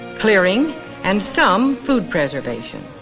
clearing and some food preservation.